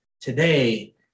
today